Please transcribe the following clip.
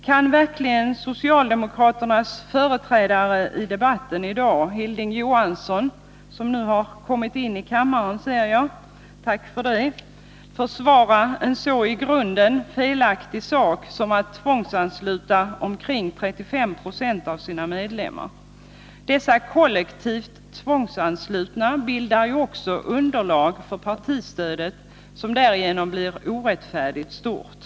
Jag ser att socialdemokraternas företrädare i debatten i dag, Hilding Johansson, nu har kommit in i kammaren, och jag tackar för det. Kan han verkligen försvara en så i grunden felaktig sak som att socialdemokratiska partiet tvångsansluter omkring 35 26 av sina medlemmar? Dessa kollektivt tvångsanslutna bildar också underlag för partistödet, som därigenom blir orättfärdigt stort.